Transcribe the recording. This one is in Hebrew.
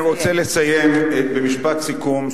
אני רוצה לסיים במשפט סיכום,